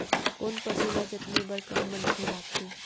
कोन पसु ल जतने बर कम मनखे लागथे?